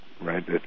Right